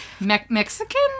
Mexican